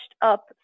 up